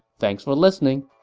thanks for listening